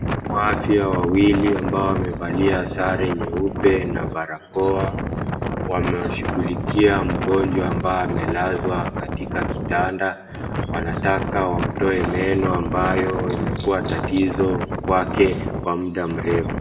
Wahudumu wa afya wawili ambao wamevalia sare nyeupe na barakoa, wanashughulikia mgonjwa ambaye amelazwa katika kitanda, wanataka wamtoe meno ambayo imekuwa tatizo kwake kwa muda mrefu.